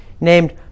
named